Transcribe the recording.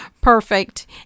perfect